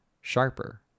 sharper